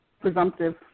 presumptive